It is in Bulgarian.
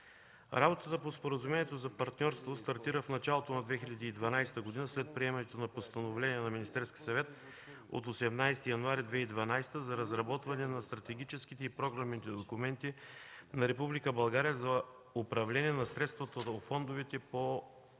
Работата по Споразумението за партньорство стартира в началото на 2012 г. след приемането на Постановление на Министерския съвет от 18 януари 2012 г. за разработване на стратегическите и програмните документи на Република България за управление на средствата от фондовете по Общата